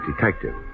detective